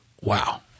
wow